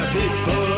people